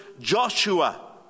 Joshua